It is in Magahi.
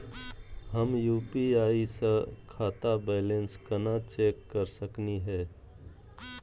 हम यू.पी.आई स खाता बैलेंस कना चेक कर सकनी हे?